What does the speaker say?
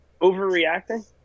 overreacting